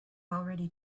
already